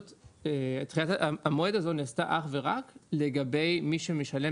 דחיית המועד הזה נעשתה אך ורק לגבי מי שמשלם